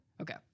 Okay